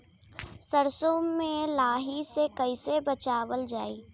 सरसो में लाही से कईसे बचावल जाई?